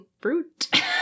fruit